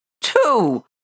two